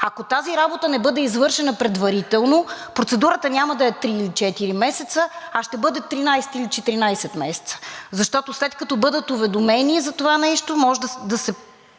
Ако тази работа не бъде извършена предварително, процедурата няма да е три или четири месеца, а ще бъде 13 или 14 месеца. Защото, след като бъдат уведомени за това нещо, може да се